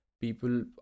people